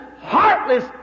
heartless